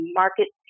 market